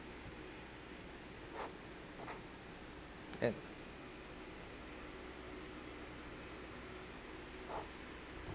and